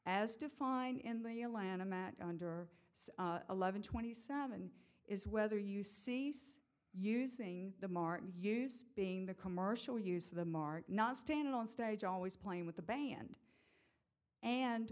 as defined in the allana matt under eleven twenty seven is whether you see using the martin use being the commercial use of the mark not standing on stage always playing with the band and